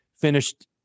finished